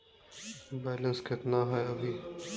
Balance केतना हय अभी?